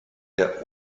der